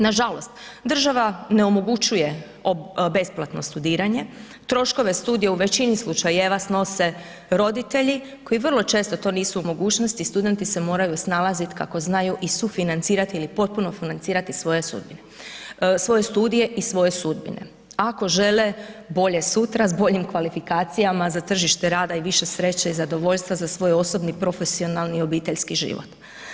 Nažalost, država ne omogućuje besplatno studiranje, troškove studija u većini slučajeva snose roditelji koji vrlo često to nisu u mogućnosti, studenti se moraju snalazit kako znaju i sufinancirat ili potpuno financirati svoje sudbine, svoje studije i svoje sudbine ako žele bolje sutra s boljim kvalifikacijama za tržište rada i više sreće i zadovoljstva za svoj osobni, profesionalni i obiteljski život.